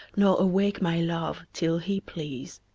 nor awake my love, till he please